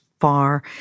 far